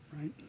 right